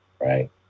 right